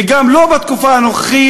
וגם לא את התקופה הנוכחית,